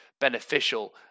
beneficial